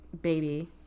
baby